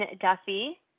Duffy